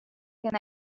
can